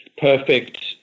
perfect